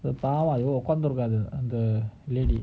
பாவம்அய்யோஉக்காந்துஇருக்கும்அந்த:paavam !aiyo! ukkandhu irukkum antha lady